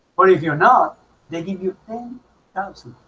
but if you're not they give you a ten